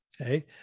Okay